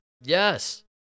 Yes